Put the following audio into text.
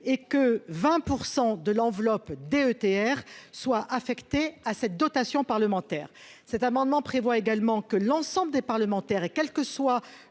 et que 20 % de l'enveloppe DETR soit affectée à cette dotation parlementaire cet amendement prévoit également que l'ensemble des parlementaires et quelles que soit